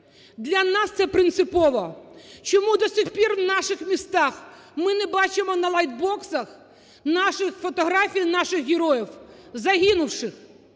Для нас це принципово. Чому до сих пір в наших містах ми не бачимо на лайтбоксах фотографій наших героїв, загинувших,